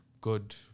good